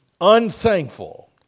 unthankful